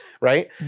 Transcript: right